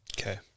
Okay